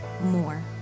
more